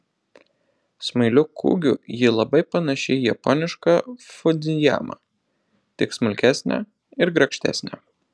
smailiu kūgiu ji labai panaši į japonišką fudzijamą tik smulkesnę ir grakštesnę